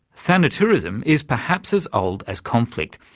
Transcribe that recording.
thanatourism is perhaps as old as conflict,